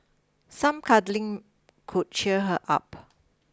some cuddling could cheer her up